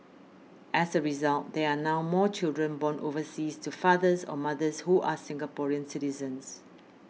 as a result there are now more children born overseas to fathers or mothers who are Singaporean citizens